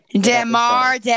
Demar